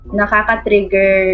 nakaka-trigger